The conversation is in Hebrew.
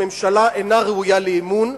הממשלה אינה ראויה לאמון,